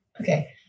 Okay